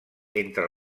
entre